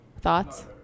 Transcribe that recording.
Thoughts